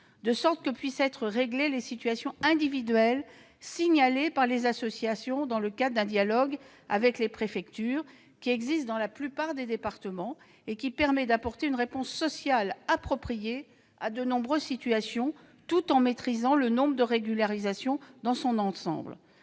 de sorte que puissent être réglées les situations individuelles signalées par ces associations dans le cadre d'un dialogue avec les préfectures, qui existe dans la plupart des départements et qui permet d'apporter une réponse sociale appropriée à de nombreuses situations, tout en maîtrisant le nombre de régularisations dans leur ensemble.